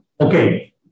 Okay